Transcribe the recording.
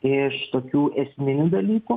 iš tokių esminių dalykų